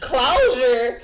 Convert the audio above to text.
Closure